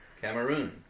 Cameroon